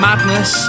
Madness